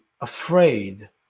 afraid